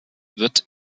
wird